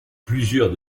plusieurs